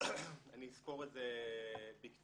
אני אסקור את זה בקצרה.